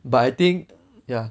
but I think ya